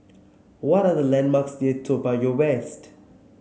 what are the landmarks near Toa Payoh West